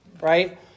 right